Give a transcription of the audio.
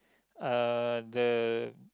uh the